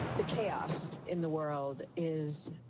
the chaos in the world is